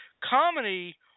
comedy